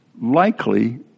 likely